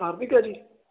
ਆਪ ਵੀ ਕਰੀ